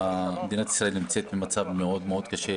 אני חושב שמדינת ישראל נמצאת במצב מאוד מאוד קשה,